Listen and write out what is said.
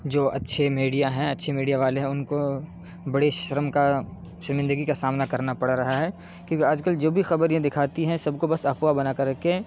جو اچھے میڈیا ہیں اچھے میڈیا والے ہیں ان کو بڑی شرم کا شرمندگی کا سامنا کرنا پڑ رہا ہے کیونکہ آج کل جو بھی خبر یہ دکھاتی ہیں سب کو بس افواہ بنا کر کے